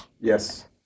Yes